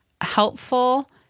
helpful